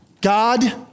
God